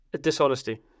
Dishonesty